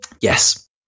Yes